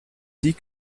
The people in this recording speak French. dit